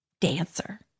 dancer